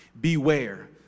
Beware